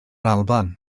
alban